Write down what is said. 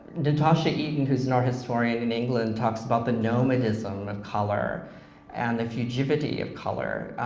natasha eaton, who's an art historian in england talks about the nomadism of color and the vijivity of color.